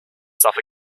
suffer